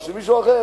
או מישהו אחר,